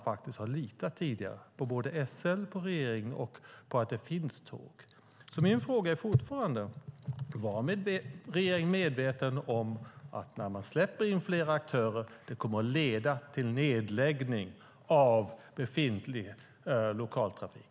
Tidigare har man litat på både SL och regeringen och på att det finns tåg. Min fråga är fortfarande: Var regeringen medveten om att när man släpper in fler aktörer kommer det att leda till nedläggning av befintlig lokaltrafik?